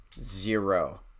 Zero